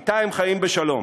אתה הם חיים בשלום.